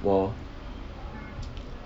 我